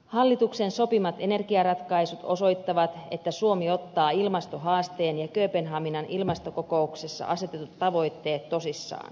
hallituksen sopimat energiaratkaisut osoittavat että suomi ottaa ilmastohaasteen ja kööpenhaminan ilmastokokouksessa asetetut tavoitteet tosissaan